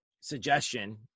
suggestion